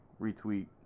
retweet